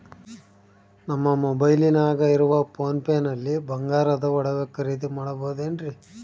ನಮ್ಮ ಮೊಬೈಲಿನಾಗ ಇರುವ ಪೋನ್ ಪೇ ನಲ್ಲಿ ಬಂಗಾರದ ಒಡವೆ ಖರೇದಿ ಮಾಡಬಹುದೇನ್ರಿ?